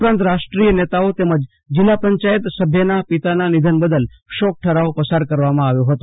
ઉપરાંત રાષ્ટ્રીય નેતાઓ તેમજ જિલ્લા પંચાયત સભ્યના પિતાના નિધન બદલ શોક ઠરાવ પસાર કરવામાં આવ્યો હતો